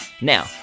Now